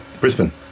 Brisbane